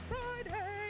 Friday